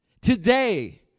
Today